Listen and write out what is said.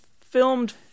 filmed